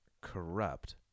corrupt